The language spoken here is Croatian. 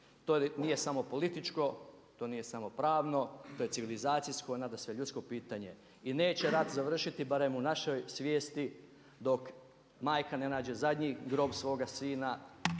To nije samo političko, to nije samo pravno, to je civilizacijsko nadasve ljudsko pitanje. I neće rat završiti barem u našoj svijesti dok majka ne nađe zadnji grob svoga sina